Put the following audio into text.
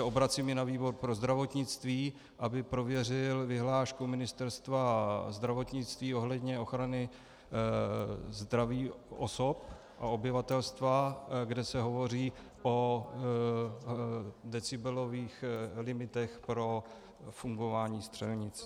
Obracím se i na výbor pro zdravotnictví, aby prověřil vyhlášku Ministerstva zdravotnictví ohledně ochrany zdraví osob a obyvatelstva, kde se hovoří o decibelových limitech pro fungování střelnic.